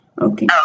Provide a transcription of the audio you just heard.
okay